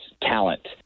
talent